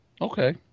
Okay